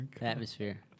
atmosphere